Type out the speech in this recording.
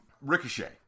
Ricochet